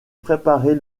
préparer